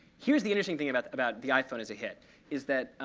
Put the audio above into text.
here's the interesting thing about about the iphone as a hit is that